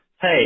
Hey